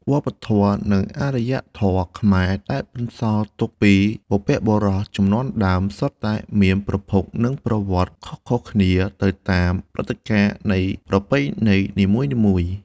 វប្បធម៌ និងអារ្យធម៌ខ្មែរ ដែលបន្សល់ទុកពីបុព្វបុរសជំនាន់ដើម សុទ្ធតែមានប្រភព និងប្រវត្តិខុសៗគ្នា ទៅតាមព្រឹត្តិការណ៍នៃប្រពៃណីនីមួយៗ។